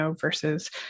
versus